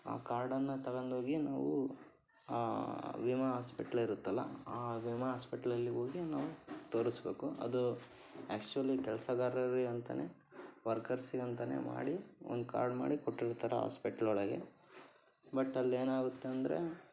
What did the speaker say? ಆ ಕಾರ್ಡನ್ನು ತಗಂಡು ಹೋಗಿ ನಾವು ವಿಮಾ ಹಾಸ್ಪೆಟ್ಲ್ ಇರುತ್ತಲ್ಲ ಆ ವಿಮಾ ಹಾಸ್ಪೆಟ್ಲಲ್ಲಿ ಹೋಗಿ ನಾವು ತೋರಿಸಬೇಕು ಅದು ಆ್ಯಕ್ಚುಲಿ ಕೆಲ್ಸಗಾರರಿಗೆ ಅಂತಲೇ ವರ್ಕರ್ಸಿಗಂತಲೇ ಮಾಡಿ ಒಂದು ಕಾರ್ಡ್ ಮಾಡಿ ಕೊಟ್ಟಿರ್ತಾರೆ ಹಾಸ್ಪೆಟ್ಲೊಳಗೆ ಬಟ್ ಅಲ್ಲೇನಾಗುತ್ತೆ ಅಂದರೆ